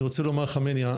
אני רוצה לומר לך מני,